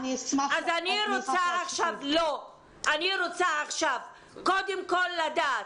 אז אני רוצה עכשיו קודם כל לדעת: